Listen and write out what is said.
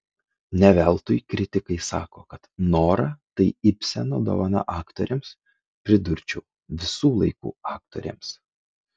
ne veltui kritikai sako kad nora tai ibseno dovana aktorėms pridurčiau visų laikų aktorėms